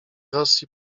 rosji